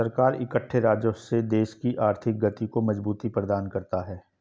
सरकार इकट्ठे राजस्व से देश की आर्थिक गति को मजबूती प्रदान करता है